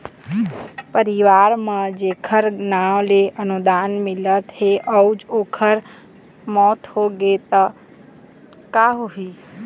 परवार म जेखर नांव ले अनुदान मिलत हे अउ ओखर मउत होगे त का होही?